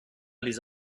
les